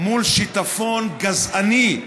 מול שיטפון גזעני,